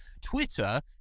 twitter